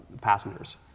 passengers